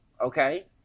Okay